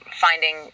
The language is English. finding